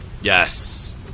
Yes